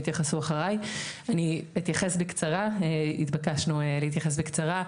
אני אתייחס בקצרה, התבקשנו להתייחס בקצרה.